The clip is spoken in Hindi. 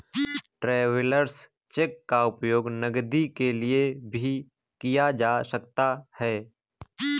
ट्रैवेलर्स चेक का उपयोग नकदी के लिए भी किया जा सकता है